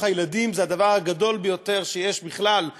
הילדים זה הדבר הגדול ביותר שיש בכלל,